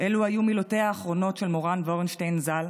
אלו היו מילותיה האחרונות של מורן וורנשטיין ז"ל,